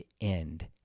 end